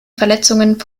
verletzungen